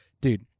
Dude